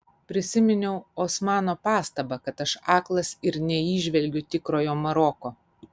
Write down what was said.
prisiminiau osmano pastabą kad aš aklas ir neįžvelgiu tikrojo maroko